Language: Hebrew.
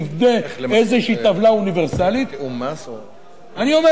נבנה איזו טבלה אוניברסלית אני אומר,